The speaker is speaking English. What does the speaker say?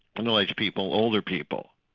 middle-aged people, older people.